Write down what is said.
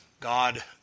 God